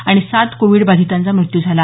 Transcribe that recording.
आणि सात कोविडबाधितांचा मृत्यू झाला